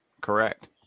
correct